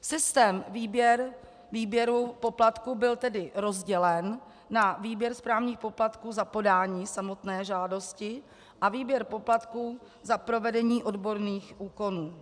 Systém výběru poplatků byl tedy rozdělen na výběr správních poplatků za podání samotné žádosti a výběr poplatků za provedení odborných úkonů.